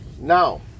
now